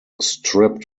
stripped